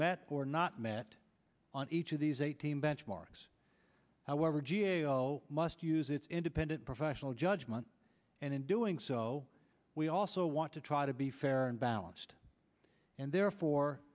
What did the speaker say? met or not met on each of these eighteen benchmarks however g a o must use its independent professional judgment and in doing so we also want to try to be fair and balanced and therefore